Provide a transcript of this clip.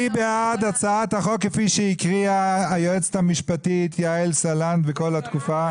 מי בעד הצעת החוק כפי שהקריאה היועצת המשפטית יעל סלט בכל התקופה?